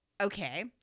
okay